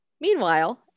meanwhile